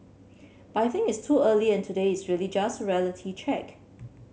but I think it's too early and today is really just reality check